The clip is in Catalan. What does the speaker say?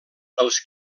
els